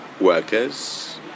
workers